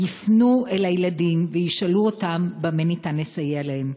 יפנו אל הילדים וישאלו אותם במה אפשר לסייע להם.